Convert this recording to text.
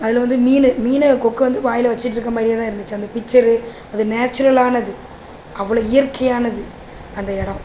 அதில் வந்து மீன் மீனை கொக்கு வந்து வாயில் வச்சுட்ருக்க மாதிரியேதான் இருந்துச்சு அந்த பிக்ச்சரு அது நேச்சுரலானது அவ்வளோ இயற்கையானது அந்த இடம்